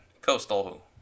Coastal